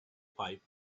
pipe